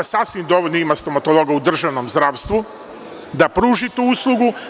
Sasvim dovoljno ima stomatologa u državnom zdravstvu da pruži tu uslugu.